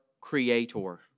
creator